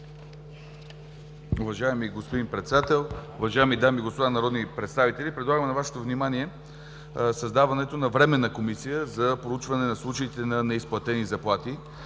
Уважаеми господин Председател, уважаеми дами и господа народни представители! Предлагаме на Вашето внимание създаването на Временна комисия за проучване на случаите на неизплатени заплати.